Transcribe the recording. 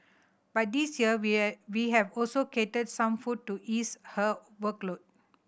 but this year we we have also catered some food to ease her workload